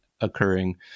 occurring